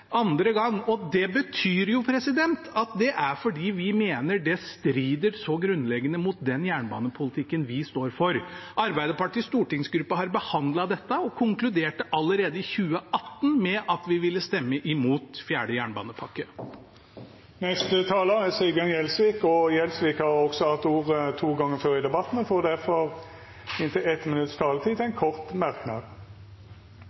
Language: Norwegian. andre gang. Det er fordi vi mener det strider så grunnleggende mot den jernbanepolitikken vi står for. Arbeiderpartiets stortingsgruppe har behandlet dette og konkluderte allerede i 2018 med at vi ville stemme imot fjerde jernbanepakke. Representanten Sigbjørn Gjelsvik har hatt ordet to gonger tidlegare og får ordet til ein kort merknad, avgrensa til